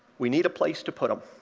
we need a place to put them.